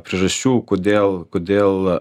priežasčių kodėl kodėl